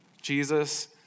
Jesus